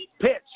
pitch